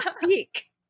Speak